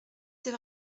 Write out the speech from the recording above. sait